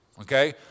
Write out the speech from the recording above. okay